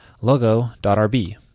logo.rb